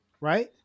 Right